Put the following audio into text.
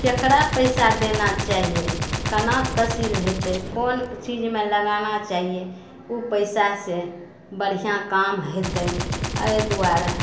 केकरा पैसा देना चाहिए केना तसील होयतै कोन चीजमे लगाना चाहिए ओ पैसा से बढ़िआँ काम होयतै एहि दुआरे